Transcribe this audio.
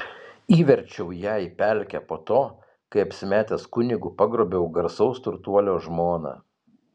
įverčiau ją į pelkę po to kai apsimetęs kunigu pagrobiau garsaus turtuolio žmoną